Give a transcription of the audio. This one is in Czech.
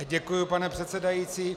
Děkuji, pane předsedající.